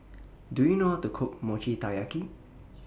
Do YOU know How to Cook Mochi Taiyaki